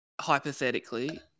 Hypothetically